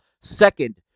second